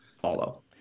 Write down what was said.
follow